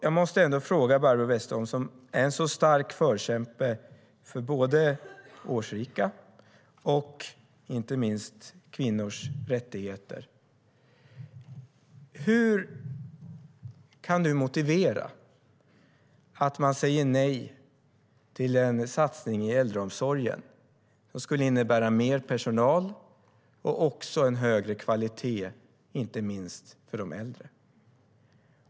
Jag måste fråga Barbro Westerholm, som är en sådan stark förkämpe för både årsrika och, inte minst, kvinnors rättigheter: Hur kan du motivera att man säger nej till en satsning i äldreomsorgen som skulle innebära mer personal och en högre kvalitet, inte minst för de äldre?